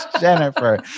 Jennifer